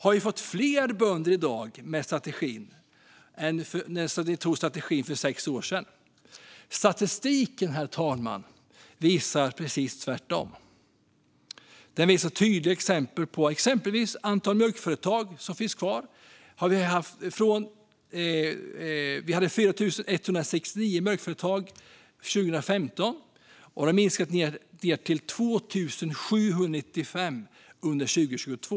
Har vi fler bönder i dag med strategin än när vi antog strategin för sex år sedan? Statistiken, herr talman, visar att det inte är så. Den visar exempelvis antalet mjölkföretag som finns kvar. År 2015 hade vi 4 169 mjölkföretag. Det har minskat till 2 795 under 2022.